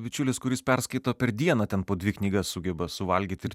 bičiulis kuris perskaito per dieną ten po dvi knygas sugeba suvalgyt ir